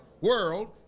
world